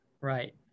right